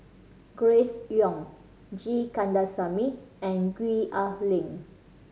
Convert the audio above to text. Grace Young G Kandasamy and Gwee Ah Leng